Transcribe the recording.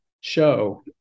Show